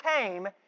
came